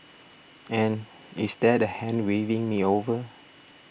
and is that a hand waving me over